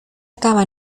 acaba